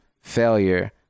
failure